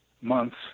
months